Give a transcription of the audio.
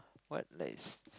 what like